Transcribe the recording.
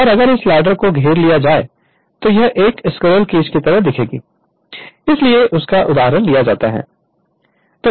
और अगर इस लैडर को घेर लिया जाए तो यह एक स्क्विरल केज की तरह दिखेगी इसीलिए इसका उदाहरण लिया जाता है